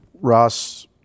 Ross